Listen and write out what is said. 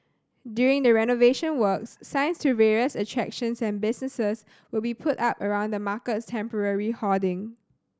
during the renovation works signs to various attractions and businesses will be put up around the market's temporary hoarding